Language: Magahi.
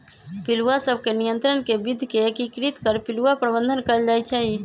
पिलुआ सभ के नियंत्रण के विद्ध के एकीकृत कर पिलुआ प्रबंधन कएल जाइ छइ